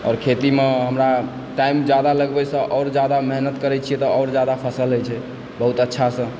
आओर खेतीमे हमरा टाइम जादा लगबैसँ आओर जादा मेहनत करै छियै तऽ आर जादा फसल होइ छै बहुत अच्छासँ